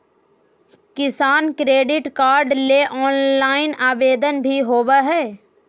किसान credit card ले online आवेदन भी होबय हय